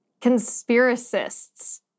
Conspiracists